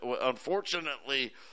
unfortunately